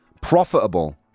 profitable